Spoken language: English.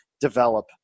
develop